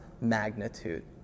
Magnitude